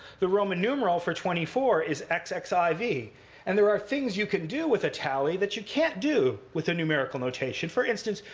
the roman numeral for twenty four is xxiv. and there are things you can do with a tally that you can't do with a numerical notation. for instance,